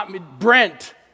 Brent